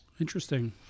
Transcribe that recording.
Interesting